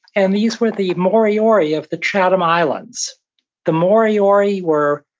and these were the moriori of the chatham islands the moriori were,